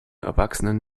erwachsenen